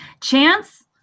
Chance